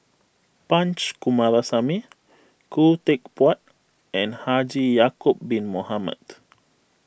Punch Coomaraswamy Khoo Teck Puat and Haji Ya'Acob Bin Mohamed